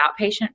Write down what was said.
outpatient